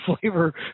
flavor